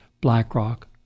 BlackRock